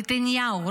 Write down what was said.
נתניהו,